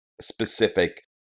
specific